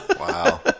Wow